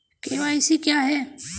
KYC क्या है?